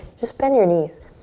just bend your knees.